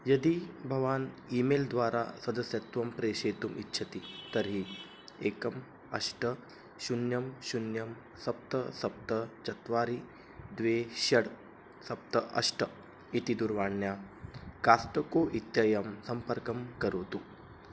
यदि भवान् email द्वारा सदस्यत्वं प्रेषयितुम् इच्छति तर्हि एकम् अष्ट शून्यं शून्यं सप्त सप्त चत्वारि द्वे षट् सप्त अष्ट इति दूरवाण्या काष्टको इत्ययं सम्पर्कं करोतु